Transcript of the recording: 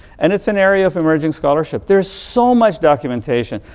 and it's an area of emerging scholarship. there's so much documentation.